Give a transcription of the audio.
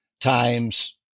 times